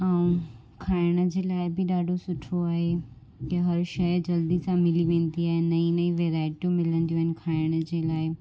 ऐं खाइण जे लाइ बि ॾाढो सुठो आहे ऐं हर शइ जल्दी सां मिली वेंदी आहे नईं नईं वैराइटियूं मिली वेंदियूं आहिनि खाइण जे लाइ